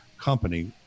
company